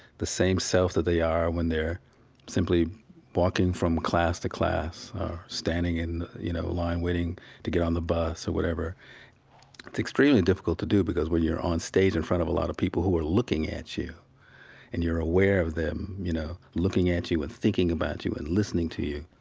the same self that they are when they are simply walking from class to class or standing in, you know, line waiting to get on the bus or whatever it's extremely difficult to do because when you are on stage in front of a lot of people who are looking at you and you are aware of them, you know, looking at you and thinking about you and listening to you